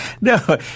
No